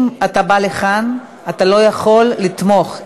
אם אתה בא לכאן, אתה לא יכול לתמוך.